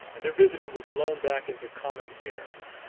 and their visitor was blown back into common air,